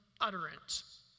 utterance